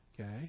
Okay